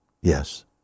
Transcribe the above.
Yes